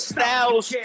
Styles